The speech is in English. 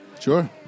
Sure